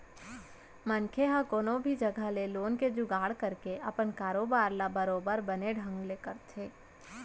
मनसे ह कोनो भी जघा ले लोन के जुगाड़ करके अपन कारोबार ल बरोबर बने ढंग ले करथे